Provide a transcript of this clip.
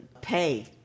pay